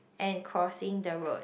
and crossing the road